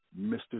Mr